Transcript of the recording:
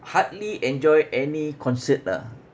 hardly enjoy any concert lah